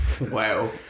Wow